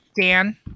Dan